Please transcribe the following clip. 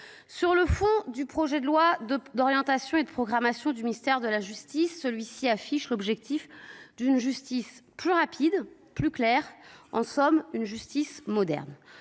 Sur le fond, le projet de loi d'orientation et de programmation du ministère de la justice 2023-2027 affiche l'objectif d'une justice plus rapide, plus claire, en somme d'une justice moderne.